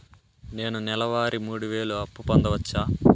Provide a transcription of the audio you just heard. నేను నెల వారి మూడు వేలు అప్పు పొందవచ్చా?